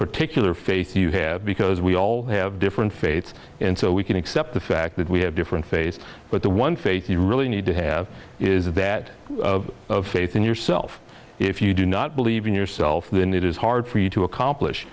particular faith you have because we all have different faiths and so we can accept the fact that we have different face but the one faith you really need to have is that faith in yourself if you do not believe in yourself than it is hard for you to accomplish